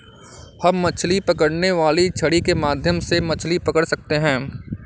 हम मछली पकड़ने वाली छड़ी के माध्यम से मछली पकड़ सकते हैं